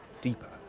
deeper